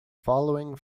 following